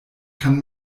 kann